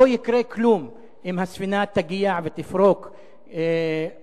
לא יקרה כלום אם הספינה תגיע ותפרוק מזון,